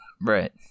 Right